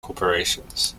corporations